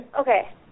Okay